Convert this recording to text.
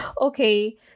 Okay